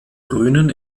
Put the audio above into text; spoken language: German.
grünen